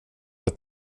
att